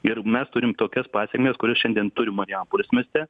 ir mes turim tokias pasekmes kurias šiandien turim marijampolės mieste